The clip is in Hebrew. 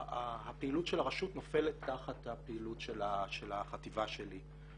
הפעילות של הרשות נופלת תחת הפעילות של החטיבה שלי.